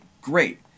great